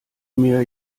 mir